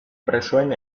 presoen